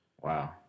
Wow